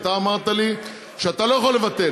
אתה אמרת לי שאתה לא יכול לבטל,